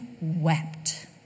wept